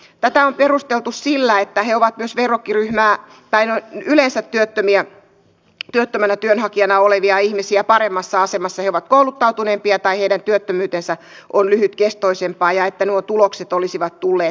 tätä on perusteltu sillä että he ovat myös verrokkiryhmää tai yleensä työttömänä työnhakijana olevia ihmisiä paremmassa asemassa he ovat kouluttautuneempia tai heidän työttömyytensä on lyhytkestoisempaa ja että nuo tulokset olisivat tulleet tästä